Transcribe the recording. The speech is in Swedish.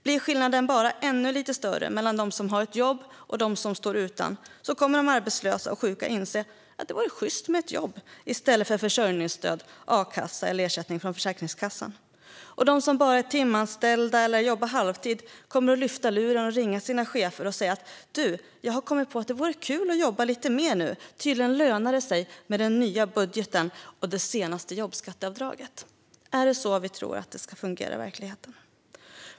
Blir skillnaden bara ännu lite större mellan dem som har ett jobb och dem som står utan kommer de arbetslösa och sjuka att inse att det vore sjyst att ha ett jobb i stället för försörjningsstöd, a-kassa eller ersättning från Försäkringskassan. Och de som bara är timanställda eller jobbar halvtid kommer att lyfta luren och ringa till sina chefer och säga: "Du, jag har kommit på att det vore kul att jobba lite mer nu. Tydligen lönar det sig i och med det senaste jobbskatteavdraget i den nya budgeten." Tror verkligen någon att detta fungerar i verkligheten?